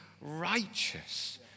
righteous